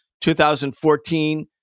2014